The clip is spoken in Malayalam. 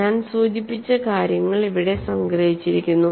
ഞാൻ സൂചിപ്പിച്ച കാര്യങ്ങൾ ഇവിടെ സംഗ്രഹിച്ചിരിക്കുന്നു